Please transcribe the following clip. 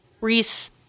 Reese